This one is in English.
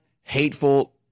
hateful